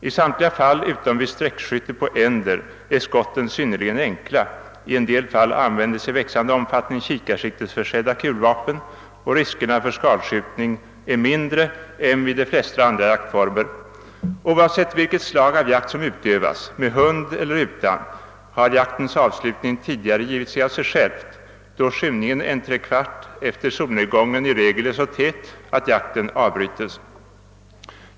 I samtliga fall, utom vid sträckskytte på änder, är skotten synnerligen enkla, i en del fall användes i växande omfattning kikarsik-- tesförsedda kulvapen, och riskerna för skadskjutning är mindre än vid de flesta andra jaktformer. Oavsett vilket slag: av jakt som utövas, med hund eller utan, har jaktens avslutning tidigare givit sig. av sig själv, då skymningen ca tre kvart efter solnedgången i regel är så tät, att jakten avbrytes.